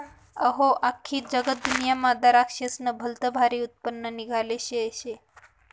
अहो, आख्खी जगदुन्यामा दराक्शेस्नं भलतं भारी उत्पन्न निंघाले लागेल शे